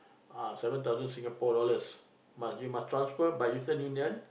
ah seven thousand Singapore dollars must you must transfer by Western-Union